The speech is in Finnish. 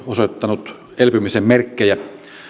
osoittanut elpymisen merkkejä